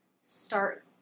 Start